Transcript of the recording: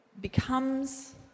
becomes